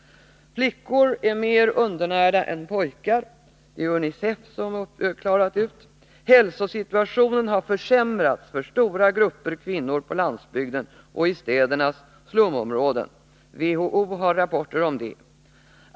— Flickor är mer undernärda än pojkar — det är UNICEF som kommit fram till det. — Hälsosituationen har försämrats för stora grupper kvinnor på landsbygden och i städernas stumområden - WHO har rapporter om det.